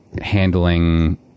handling